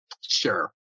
sure